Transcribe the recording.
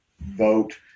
vote